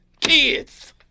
kids